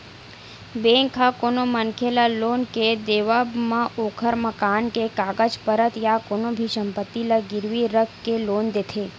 bank ह कोनो मनखे ल लोन के देवब म ओखर मकान के कागज पतर या कोनो भी संपत्ति ल गिरवी रखके लोन देथे